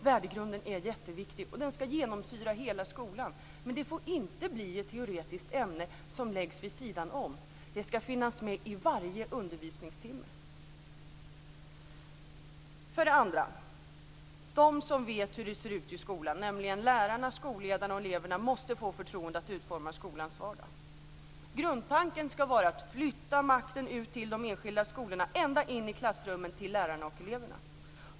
Värdegrunden är jätteviktig, och den ska genomsyra hela skolan, men det får inte bli ett teoretiskt ämne som läggs vid sidan om. Det ska finnas med vid varje undervisningstimme. För det andra: De som vet hur det ser ut i skolan, nämligen lärarna, skolledarna och eleverna, måste få förtroende att utforma skolans vardag. Grundtanken ska vara att makten flyttas ut till de enskilda skolorna ända in i klassrummen till lärarna och eleverna.